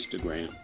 Instagram